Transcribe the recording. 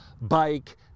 bike